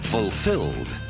Fulfilled